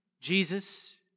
Jesus